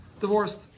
divorced